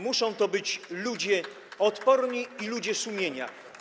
Muszą to być ludzie odporni, ludzie sumienia.